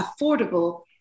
affordable